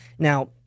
Now